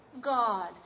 God